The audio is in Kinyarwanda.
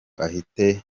ahite